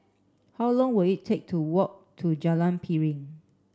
how long will it take to walk to Jalan Piring